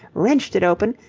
wrenched it open,